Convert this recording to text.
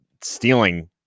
stealing